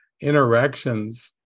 interactions